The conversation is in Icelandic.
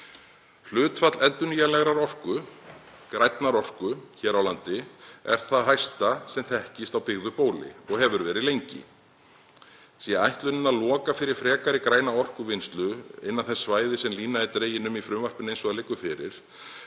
Hlutfall endurnýtanlegrar orku, grænnar orku, hér á landi er það mesta sem þekkist á byggðu bóli og hefur verið lengi. Sé ætlunin að loka fyrir frekari græna orkuvinnslu, innan þess svæðis sem lína er dregin um í frumvarpinu eins og það liggur fyrir,